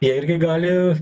jie irgi gali